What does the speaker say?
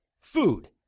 Food